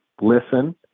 Listen